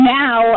now